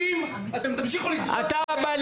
אם אתם תמשיכו לדרוס את --- אתה הבן